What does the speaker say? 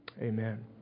Amen